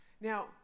Now